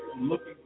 looking